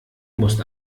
musst